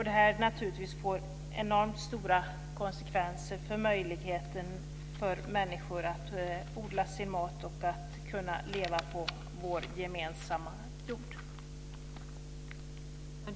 Det här får naturligtvis enormt stora konsekvenser för möjligheten för människor att odla sin mat och leva på vår gemensamma jord.